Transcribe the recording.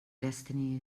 destiny